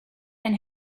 and